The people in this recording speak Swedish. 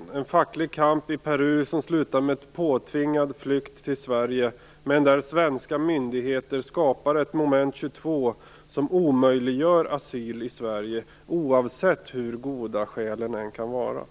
Det pågår en facklig kamp i Peru som slutar med en påtvingad flykt till Sverige, men svenska myndigheter skapar ett moment 22 som omöjliggör asyl i Sverige, oavsett hur goda skälen kan vara.